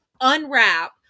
unwrap